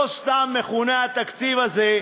לא סתם מכונה התקציב הזה,